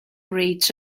reach